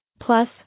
Plus